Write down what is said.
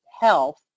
health